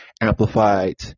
amplified